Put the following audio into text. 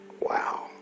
wow